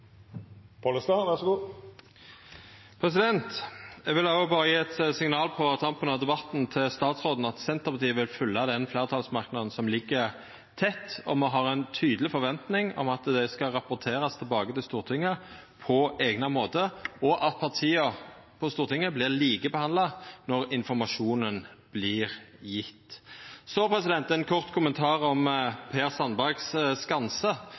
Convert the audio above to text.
Pollestad har hatt ordet to gonger tidlegare og får ordet til ein kort merknad, avgrensa til 1 minutt. Eg vil òg gje statsråden eit signal på tampen av debatten om at Senterpartiet vil følgja den fleirtalsmerknaden som ligg, tett, og me har ei tydeleg forventing om at det skal rapporterast tilbake til Stortinget på eigna måte, og at partia på Stortinget vert likebehandla når informasjonen vert gjeven. Ein kort kommentar om Per Sandbergs skanse: